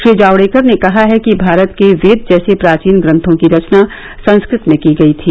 श्री जावडेकर ने कहा है कि भारत के वेद जैसे प्राचीन ग्रथों की रचना संस्कृत में की गई थी